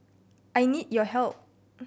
I need your help